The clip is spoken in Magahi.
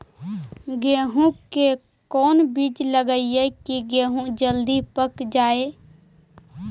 गेंहू के कोन बिज लगाई कि गेहूं जल्दी पक जाए?